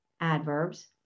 adverbs